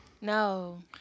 No